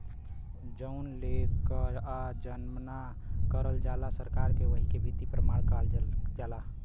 जउन लेकःआ जमा करल जाला सरकार के वही के वित्तीय प्रमाण काल जाला